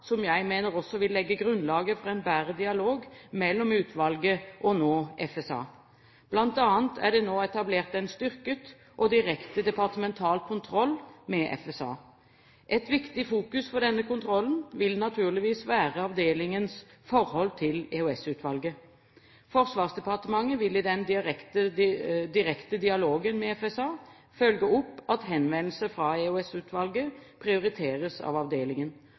som jeg mener også vil legge grunnlaget for en bedre dialog mellom utvalget og nå FSA. Blant annet er det nå etablert en styrket og direkte departemental kontroll med FSA. Et viktig fokus for denne kontrollen vil naturligvis være avdelingens forhold til EOS-utvalget. Forsvarsdepartementet vil i den direkte dialogen med FSA følge opp at henvendelse fra EOS-utvalget prioriteres av avdelingen.